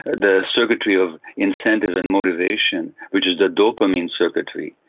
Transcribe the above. the circuitry of incentives and motivation which is the dopamine circuitry,